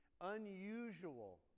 unusual